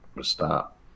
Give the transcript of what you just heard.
stop